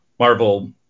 Marvel